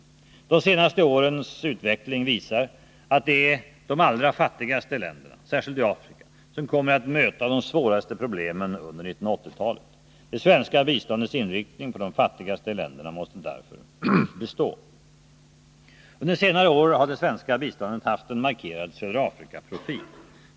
De senaste årens utveckling visar att det är de allra fattigaste länderna — särskilt i Afrika — som kommer att möta de svåraste problemen på 1980-talet. Det svenska biståndets inriktning på de fattigaste länderna måste därför bestå. Under senare år har det svenska biståndet haft en markerad södra Afrika-profil.